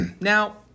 Now